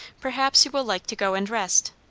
perhaps you will like to go and rest.